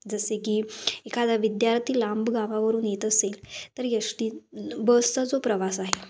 जसे की एखादा विद्यार्थी लांब गावावरून येत असेल तर यशटी बसचा जो प्रवास आहे